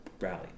rallied